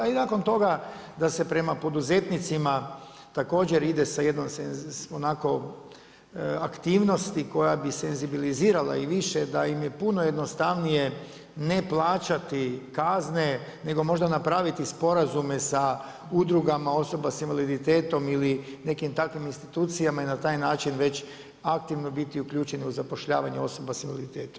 A i nakon toga da se prema poduzetnicima također ide sa jednom onako aktivnosti koja bi senzibilizirala i više da im je puno jednostavnije ne plaćati kazne nego možda napraviti sporazume sa udrugama osoba sa invaliditetom ili nekim takvim institucijama i na taj način već aktivno biti uključeni u zapošljavanje osoba sa invaliditetom.